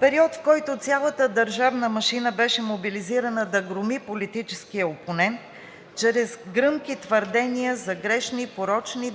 период, в който цялата държавна машина беше мобилизирана да громи политическия опонент чрез гръмки твърдения за грешни, порочни